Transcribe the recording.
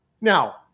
Now